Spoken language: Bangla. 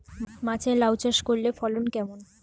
মাচায় লাউ চাষ করলে ফলন কেমন?